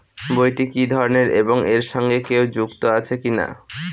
বইটি কি ধরনের এবং এর সঙ্গে কেউ যুক্ত আছে কিনা?